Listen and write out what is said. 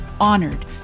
honored